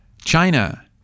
China